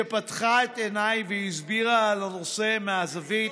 שפתחה את עיניי והסבירה על הנושא מהזווית,